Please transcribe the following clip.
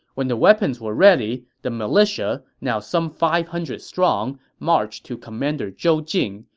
when the weapons were ready, the militia, now some five hundred strong, marched to commander zhou jing,